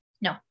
no